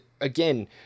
again